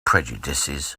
prejudices